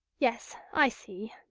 yes, i see,